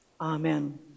Amen